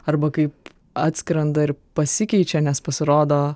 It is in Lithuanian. arba kaip atskrenda ir pasikeičia nes pasirodo